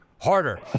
harder